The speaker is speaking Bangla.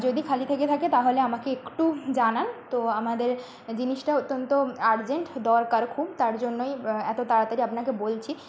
যদি খালি থেকে থাকে তাহলে আমাকে একটু জানান তো আমাদের জিনিসটা অত্যন্ত আর্জেন্ট দরকার খুব তার জন্যই এত তাড়াতাড়ি আপনাকে বলছি